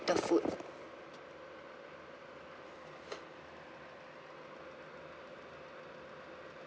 the food